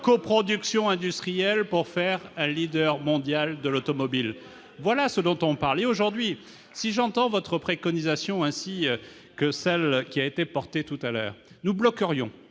coproduction industrielle pour faire un leader mondial de l'automobile ? Voilà ce dont on parle ! Si nous appliquions votre préconisation- ainsi que celle qui a été défendue tout à l'heure -, nous bloquerions